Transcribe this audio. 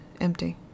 empty